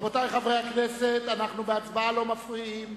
רבותי חברי הכנסת, אנחנו בהצבעה לא מפריעים.